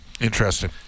Interesting